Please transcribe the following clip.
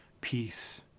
peace